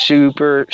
Super